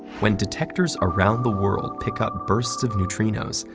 when detectors around the world pick up bursts of neutrinos,